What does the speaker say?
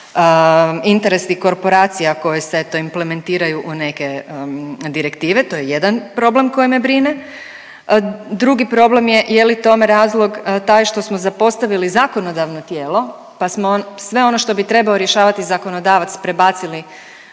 interesi korporacija koji se eto implementiraju u neke direktive, to je jedan problem koji me brine. Drugi problem je je li tome razlog taj što smo zapostavili zakonodavno tijelo pa smo sve ono što bi trebao rješavati zakonodavac prebacili